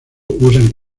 usan